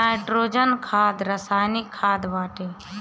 nitrogen खाद रासायनिक खाद बाटे